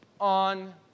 on